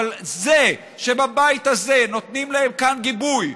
אבל זה שבבית הזה נותנים להם כאן גיבוי,